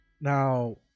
now